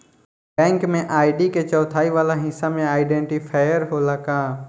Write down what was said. Bank में ID के चौथाई वाला हिस्सा में आइडेंटिफैएर होला का?